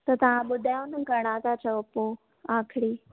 त तव्हां ॿुधायो न घणा था चओ पोइ आख़िरी